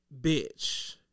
bitch